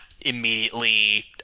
immediately